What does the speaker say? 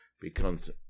becomes